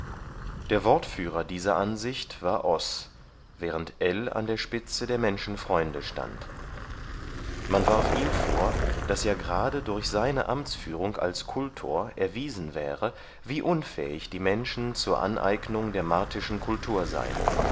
der wortführer dieser ansicht war oß während ell an der spitze der menschenfreunde stand man warf ihm vor daß ja gerade durch seine amtsführung als kultor erwiesen wäre wie unfähig die menschen zur aneignung der martischen kultur seien